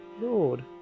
Lord